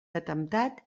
atemptat